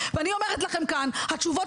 אני מאמין היום שהם